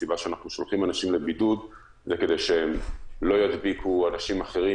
הסיבה שאנחנו שולחים אנשים לבידוד זה כדי שלא ידביקו אנשים אחרים,